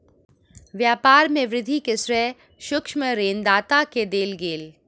व्यापार में वृद्धि के श्रेय सूक्ष्म ऋण दाता के देल गेल